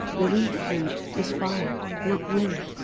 the reed flute is fire, not wind.